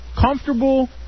comfortable